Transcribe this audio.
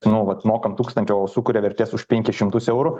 nu vat mokam tūkstantį o sukuria vertės už penkis šimtus eurų